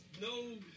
No